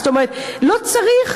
זאת אומרת, לא צריך